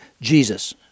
Jesus